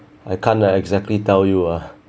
I can't ah exactly tell you ah